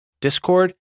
Discord